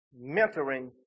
mentoring